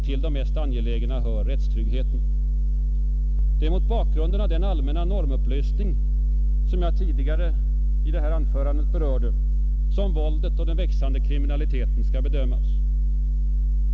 Till de mest angelägna hör rättstryggheten. Det är mot bakgrunden av den allmänna normupplösning jag tidigare i detta anförande har berört, som våldet och den växande kriminaliteten skall bedömas.